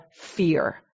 fear